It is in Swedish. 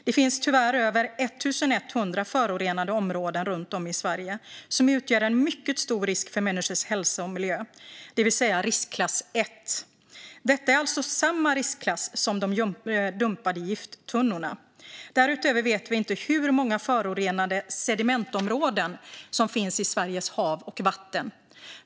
Det finns tyvärr över 1 100 förorenade områden runt om i Sverige som utgör en mycket stor risk för människors hälsa och miljö, det vill säga riskklass 1. Detta är alltså samma riskklass som de dumpade gifttunnorna. Därutöver vet vi inte hur många förorenade sedimentområden som finns i Sveriges hav och vatten.